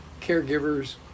caregivers